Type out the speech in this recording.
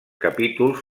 capítols